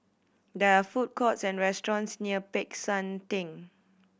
there are food courts and restaurants near Peck San Theng